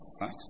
right